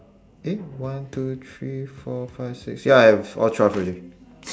eh one two three four five six ya I have all twelve already